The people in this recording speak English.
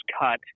cut